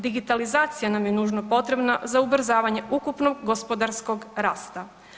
Digitalizacija nam je nužno potrebna za ubrzavanje ukupnog gospodarskog rasta.